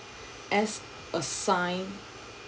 as a sign